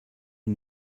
you